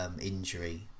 injury